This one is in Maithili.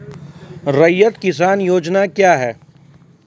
रैयत किसान योजना क्या हैं?